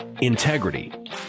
integrity